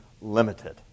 limited